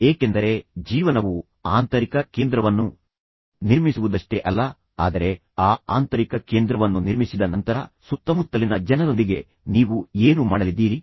ಏಕೆಂದರೆ ಜೀವನವು ನಿಮ್ಮ ಆಂತರಿಕ ಕೇಂದ್ರವನ್ನು ನಿರ್ಮಿಸುವುದಷ್ಟೇ ಅಲ್ಲ ಆದರೆ ಆ ಆಂತರಿಕ ಕೇಂದ್ರವನ್ನು ನಿರ್ಮಿಸಿದ ನಂತರ ಸುತ್ತಮುತ್ತಲಿನ ಜನರೊಂದಿಗೆ ನೀವು ಏನು ಮಾಡಲಿದ್ದೀರಿ